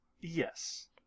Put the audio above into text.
Yes